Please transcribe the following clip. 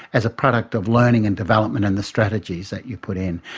as a product of learning and development and the strategies that you put in.